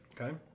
Okay